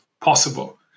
possible